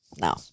no